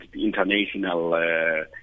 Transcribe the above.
international